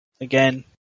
Again